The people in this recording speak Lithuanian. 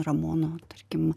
ramono tarkim